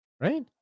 right